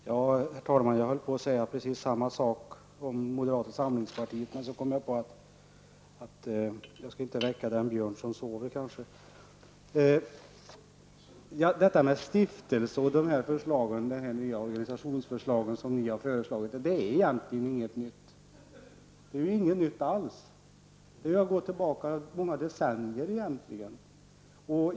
Herr talman! Jag höll på att säga precis samma sak om moderata samlingspartiet, men så kom jag på att man inte skall väcka den björn som sover. Detta med stiftelse och de nya organisationsförslag ni föreslagit är egentligen ingenting nytt. Det går egentligen tillbaka många decennier.